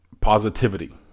positivity